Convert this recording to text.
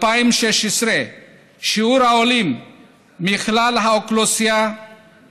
ב-2016 שיעור העולים מכלל האוכלוסייה